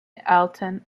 alton